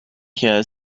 here